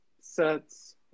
sets